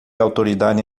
autoridade